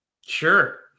sure